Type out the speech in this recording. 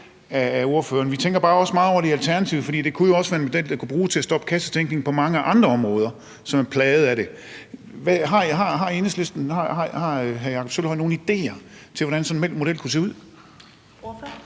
vi tænker bare også meget over det i Alternativet, for det kunne jo også være en model, der kunne bruges til at stoppe kassetænkning på mange andre områder, som er plaget af det. Har hr. Jakob Sølvhøj og Enhedslisten nogle idéer til, hvordan sådan en model kunne se ud?